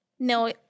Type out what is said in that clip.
No